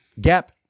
Gap